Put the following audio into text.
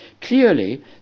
Clearly